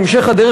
בהמשך הדרך,